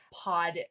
pod